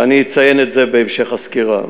ואני אציין את זה בהמשך הסקירה.